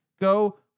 Go